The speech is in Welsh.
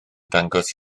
dangos